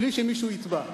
בלי שמישהו יתבע.